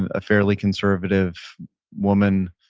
and a fairly conservative woman,